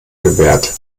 gewährt